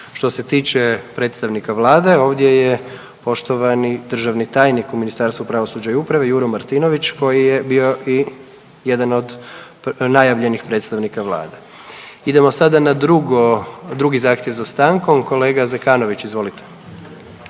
Što se tiče predstavnika vlade ovdje je poštovani državni tajnik u Ministarstvu pravosuđa i uprave Juro Martinović koji je bio i jedan od najavljenih predstavnika vlade. Idemo sada na drugo, drugi zahtjev za stankom, kolega Zekanović, izvolite.